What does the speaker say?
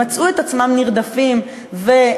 והם מצאו את עצמם נרדפים ונפלטים,